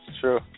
true